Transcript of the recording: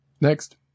Next